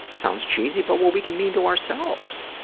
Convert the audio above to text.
sounds cheesy, but what we can mean to ourselves.